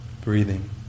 breathing